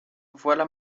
voilà